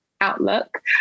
outlook